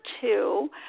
two